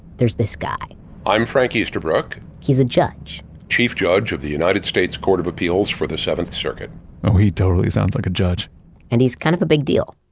there's this guy i'm frank easterbrook he's a judge chief judge of the united states court of appeals for the seventh circuit he totally sounds like a judge and he's kind of a big deal!